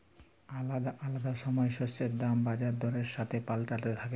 আলাদা আলাদা সময় শস্যের দাম বাজার দরের সাথে পাল্টাতে থাক্যে